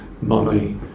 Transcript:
money